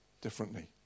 differently